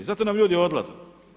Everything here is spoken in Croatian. Zato nam ljudi odlaze.